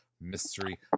Mystery